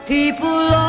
People